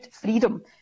freedom